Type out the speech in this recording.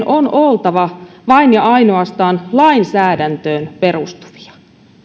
on oltava vain ja ainoastaan lainsäädäntöön perustuvia